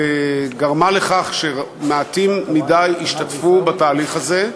וזה גרם לכך שמעטים מדי השתתפו בתהליך הזה.